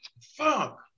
Fuck